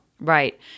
Right